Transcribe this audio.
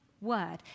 word